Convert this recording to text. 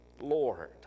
Lord